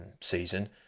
season